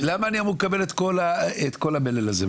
אני אמור לקבל את כל המלל הזה?".